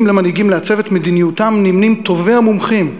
למנהיגים לעצב את מדיניותם נמנים טובי המומחים: